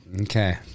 Okay